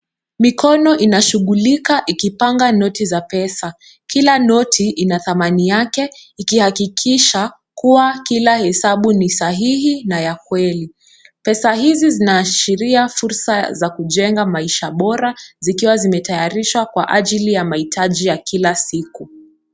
Mikono inashughulika ikipanga noti za pesa, kila noti ina thamani yake ikihakikisha kuwa kila hesabu ni sahihi na ya kweli. Pesa hizi zinaashiria fursa za kujenga maisha bora, zikiwa zimetayarishwa kwa ajili ya mahitaji ya kila siku.